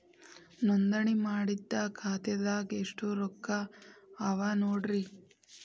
ನೋಂದಣಿ ಮಾಡಿದ್ದ ಖಾತೆದಾಗ್ ಎಷ್ಟು ರೊಕ್ಕಾ ಅವ ನೋಡ್ರಿ